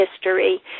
history